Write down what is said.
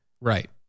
Right